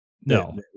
No